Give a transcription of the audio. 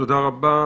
תודה רבה.